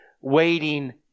waiting